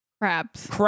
Crabs